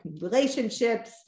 relationships